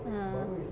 ya